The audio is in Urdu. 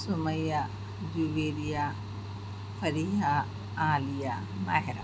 سمیہ جویریہ فریحہ عالیہ ماہرہ